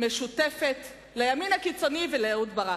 משותפת לימין הקיצוני ולאהוד ברק,